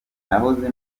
nahoze